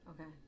okay